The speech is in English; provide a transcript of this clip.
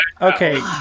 okay